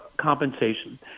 compensation